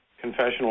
confessional